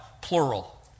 plural